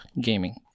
Gaming